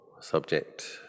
subject